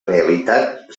realitat